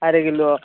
আঢ়ৈ কিলো